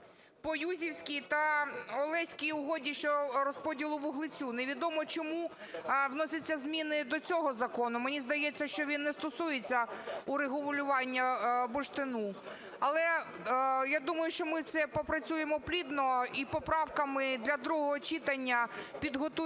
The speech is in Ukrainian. по Юзівській та Олеській угоді щодо розподілу вуглецю. Невідомо, чому вносяться зміни до цього закону, мені здається, що він не стосується урегулювання бурштину. Але я думаю, що ми це пропрацюємо плідно і поправками для другого читання підготуємо